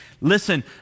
listen